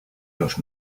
los